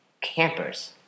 campers